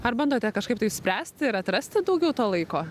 ar bandote kažkaip tai spręsti ir atrasti daugiau to laiko